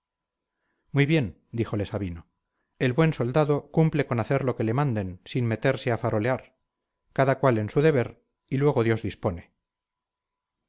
muy bien díjole sabino el buen soldado cumple con hacer lo que le manden sin meterse a farolear cada cual en su deber y luego dios dispone